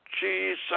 Jesus